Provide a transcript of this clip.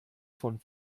vom